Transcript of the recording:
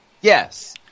Yes